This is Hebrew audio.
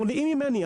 מונעים ממני,